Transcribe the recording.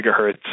gigahertz